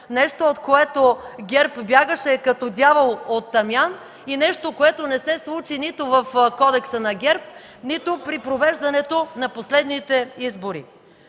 Нещо, от което ГЕРБ бягаше като дявол от тамян и не се случи нито в Кодекса на ГЕРБ, нито при провеждането на последните избори.